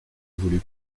voulut